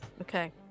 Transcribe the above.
Okay